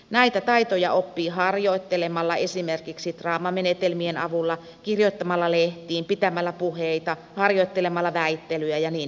näitä taitoja oppii harjoittelemalla esimerkiksi draamamenetelmien avulla kirjoittamalla lehtiin pitämällä puheita harjoittelemalla väittelyä ja niin edelleen